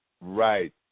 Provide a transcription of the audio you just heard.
right